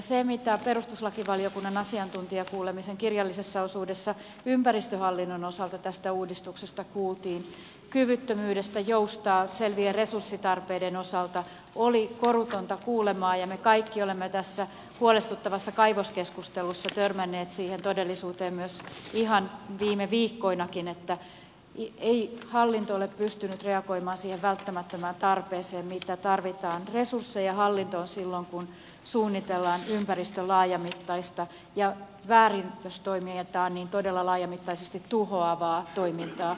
se mitä perustuslakiva liokunnan asiantuntijakuulemisen kirjallisessa osuudessa ympäristöhallinnon osalta tästä uudistuksesta kuultiin kyvyttömyydestä joustaa selvien resurssitarpeiden osalta oli korutonta kuulemaa ja me kaikki olemme tässä huolestuttavassa kaivoskeskustelussa törmänneet siihen todellisuuteen myös ihan viime viikkoinakin että hallinto ei ole pystynyt reagoimaan siihen välttämättömään tarpeeseen mitä tarvitaan resursseja hallintoon silloin kun suunnitellaan ympäristön laajamittaista ja väri istuimia tai ympäristöä todella laajamittaisesti jos väärin toimitaan tuhoavaa toimintaa